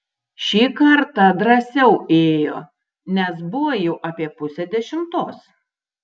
šį kartą drąsiau ėjo nes buvo jau apie pusė dešimtos